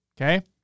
Okay